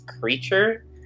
creature